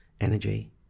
energy